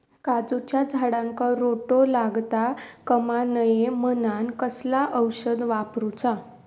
काजूच्या झाडांका रोटो लागता कमा नये म्हनान कसला औषध वापरूचा?